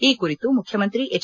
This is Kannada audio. ಈ ಕುರಿತು ಮುಖ್ಯಮಂತ್ರಿ ಹೆಚ್